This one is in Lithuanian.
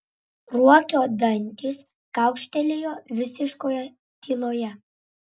ruokio dantys kaukštelėjo visiškoje tyloje